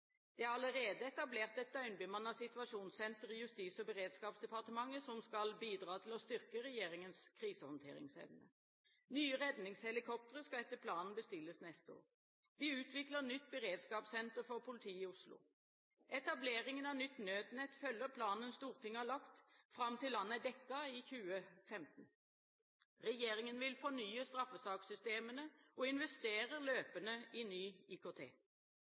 Det er allerede etablert et døgnbemannet situasjonssenter i Justis- og beredskapsdepartementet som skal bidra til å styrke regjeringens krisehåndteringsevne. Nye redningshelikoptre skal etter planen bestilles neste år. Vi utvikler nytt beredskapssenter for politiet i Oslo. Etableringen av nytt nødnett følger planen Stortinget har lagt, fram til landet er dekket i 2015. Regjeringen vil fornye straffesakssystemene, og investerer løpende i ny IKT.